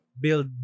build